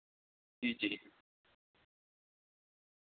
جی جی